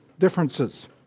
differences